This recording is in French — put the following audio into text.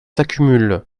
s’accumulent